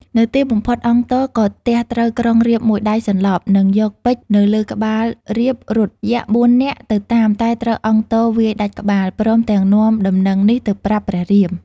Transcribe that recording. នៅទីបំផុតអង្គទ ក៏ទះត្រូវក្រុងរាពណ៍មួយដៃសន្លប់ និងយកពេជ្រនៅលើក្បាលរាពណ៍រត់ យក្ស៤នាក់ទៅតាម តែត្រូវអង្គទវាយដាច់ក្បាល ព្រមទាំងនាំដំណឹងនេះទៅប្រាប់ព្រះរាម។